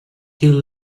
till